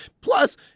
plus